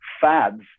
fads